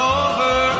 over